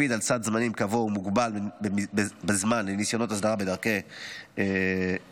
ולהקפיד על סד זמנים קבוע ומוגבל בזמן לניסיונות הסדרה בדרכי שלום,